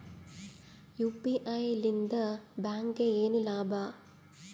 UPI ಲಿಂದ ಬ್ಯಾಂಕ್ಗೆ ಏನ್ ಲಾಭ?